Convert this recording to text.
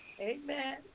Amen